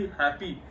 happy